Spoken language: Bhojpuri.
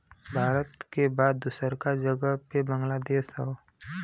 भारत के बाद दूसरका जगह पे बांग्लादेश हौ